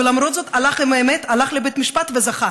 ולמרות זאת, הוא הלך עם האמת, הלך לבית משפט וזכה.